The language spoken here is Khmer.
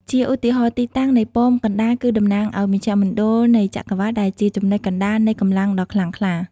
ជាឧទាហរណ៍ ទីតាំងនៃប៉មកណ្តាលគឺតំណាងឲ្យមជ្ឈមណ្ឌលនៃចក្រវាឡ ដែលជាចំណុចកណ្តាលនៃកម្លាំងដ៏ខ្លាំងក្លា។